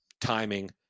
timing